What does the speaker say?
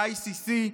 ה-ICC,